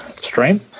stream